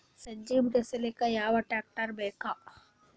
ಸಜ್ಜಿ ಬಿಡಿಸಿಲಕ ಯಾವ ಟ್ರಾಕ್ಟರ್ ಬೇಕ?